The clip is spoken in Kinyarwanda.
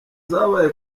zabaye